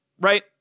right